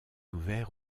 ouvert